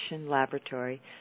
Laboratory